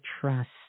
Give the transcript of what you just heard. trust